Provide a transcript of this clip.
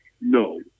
No